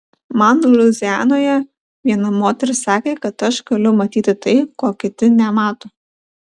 man luizianoje viena moteris sakė kad aš galiu matyti tai ko kiti nemato